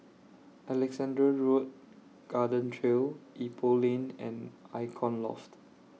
Alexandra Road Garden Trail Ipoh Lane and Icon Loft